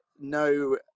no